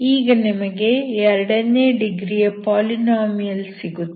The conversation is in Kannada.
ಈಗ ನಿಮಗೆ ಎರಡನೆ ಡಿಗ್ರಿಯ ಪಾಲಿನೋಮಿಯಲ್ ಸಿಗುತ್ತದೆ